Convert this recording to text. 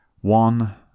one